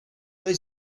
they